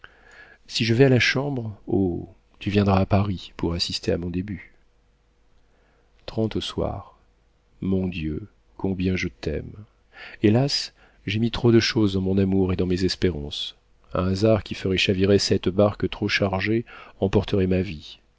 si je vais à la chambre oh tu viendras à paris pour assister à mon début trente au soir mon dieu combien je t'aime hélas j'ai mis trop de choses dans mon amour et dans mes espérances un hasard qui ferait chavirer cette barque trop chargée emporterait ma vie